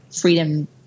freedom